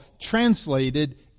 translated